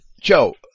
Joe